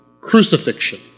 crucifixion